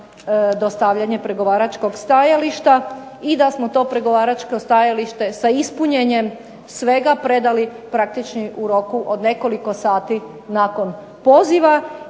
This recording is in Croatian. dostavljanje pregovaračkog stajališta i da smo to pregovaračko stajalište sa ispunjenjem svega predali praktički u roku od nekoliko sati nakon poziva.